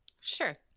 Sure